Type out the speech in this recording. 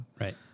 Right